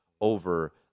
over